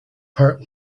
part